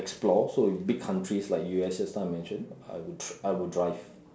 explore so in big countries like U_S just now I mentioned I would I would drive